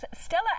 Stella